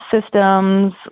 systems